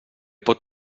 pot